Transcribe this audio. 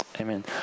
Amen